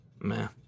Man